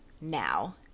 now